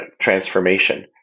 transformation